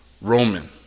Roman